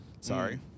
Sorry